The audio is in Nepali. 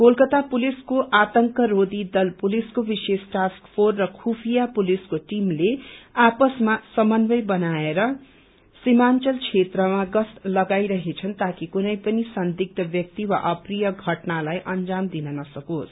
कोलकत्ता पुलिसको आतंक रोधी दल पुलिसको विशेष टास्क फोेस र खुफिया पुलिसको टिमले आपसमा समन्वय बनाएर सीमांचल क्षेत्रमा गश्ती लगाईरहेछन् ताकि कुनै पनि सन्दिग्ध व्याक्ति वा अप्रिय घटनालाई अंजाम दिन नसकोस